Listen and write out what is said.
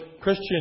Christian